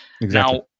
Now